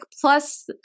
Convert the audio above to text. plus